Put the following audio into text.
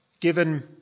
given